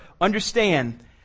understand